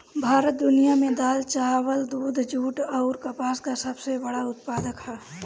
भारत दुनिया में दाल चावल दूध जूट आउर कपास का सबसे बड़ा उत्पादक ह